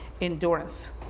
endurance